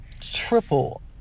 triple